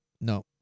No